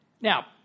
Now